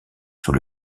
sous